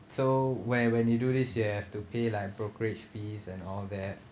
so where when you do this you have to pay like brokerage fees and all that